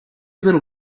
little